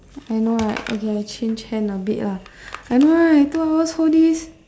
I know right okay I change hand a bit lah I know right two hours hold this